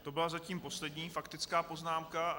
To byla zatím poslední faktická poznámka.